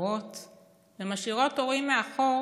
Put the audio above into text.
נסגרות ומשאירות מאחור